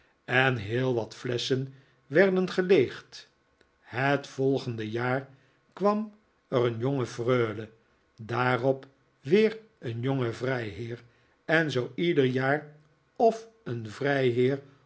en heel wat flesschen werden geleegd het volgende jaar kwam er een jonge freule daarop weer een jonge vrijheer en zoo ieder jaar of een vrijheer